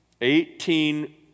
Eighteen